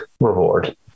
reward